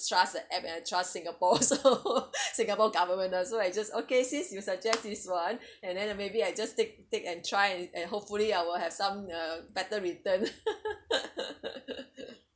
trust the app and then trust singapore so singapore government lah so I just okay since you suggest this one and then maybe I just take take and try and hopefully I will have some uh better return